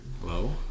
Hello